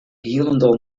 hielendal